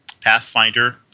Pathfinder